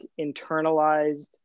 internalized